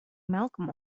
malcolm